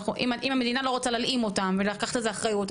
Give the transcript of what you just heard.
אם המדינה לא רוצה להלאים אותם ולקחת על זה אחריות,